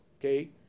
okay